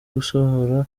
gusohora